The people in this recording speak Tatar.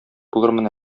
булырмын